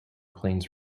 plains